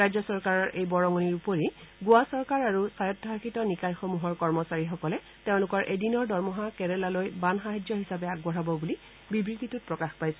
ৰাজ্য চৰকাৰৰ এই বৰঙণিৰ উপৰি গোৱা চৰকাৰ আৰু স্বায়ত্বশাসিত নিকায়সমূহৰ কৰ্মচাৰীসকলে তেওঁলোকৰ এদিনৰ দৰমহা কেৰালালৈ বান সাহায্য হিচাবে আগবঢ়াব বুলি বিবৃতিটোত প্ৰকাশ পাইছে